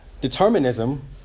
Determinism